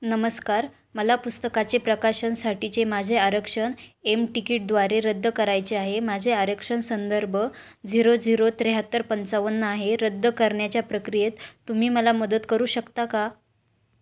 नमस्कार मला पुस्तकाचे प्रकाशनासाठीचे माझे आरक्षण एम टिकीटद्वारे रद्द करायचे आहे माझे आरक्षण संदर्भ झिरो झिरो त्र्याहत्तर पंचावन्न आहे रद्द करण्याच्या प्रक्रियेत तुम्ही मला मदत करू शकता का